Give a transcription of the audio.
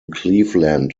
cleveland